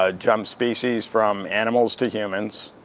ah jumped species from animals to humans,